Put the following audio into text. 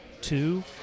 Two